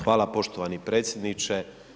Hvala poštovani predsjedniče.